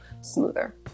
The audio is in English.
smoother